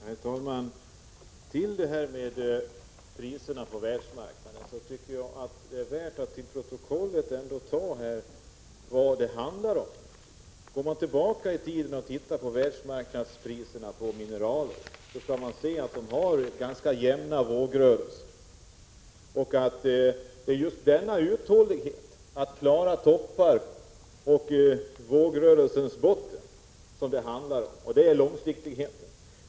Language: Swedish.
Herr talman! När industriministern talar om priserna på världsmarknaden tycker jag att det är värt att ta till protokollet vad det handlar om. Går man tillbaka i tiden och tittar på världsmarknadspriserna på mineraler skall man se att de uppvisar ganska jämna vågrörelser. Det är just uthålligheten när det gäller att klara vågrörelsens botten som det handlar om — det är det som är långsiktigheten.